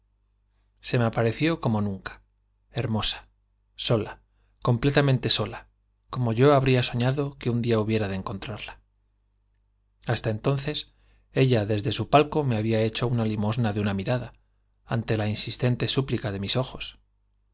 se me apareció yo habría soñado sola completamente sola como de encontrarla que un día hubiera me había hecho hasta entonces ella desde su palco la limosna de una mirada ante la insistente súplica de mis ojos